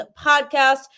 podcast